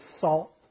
salt